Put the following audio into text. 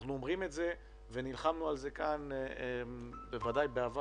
אנחנו אומרים את זה ונלחמנו על זה כאן בוודאי בעבר,